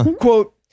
quote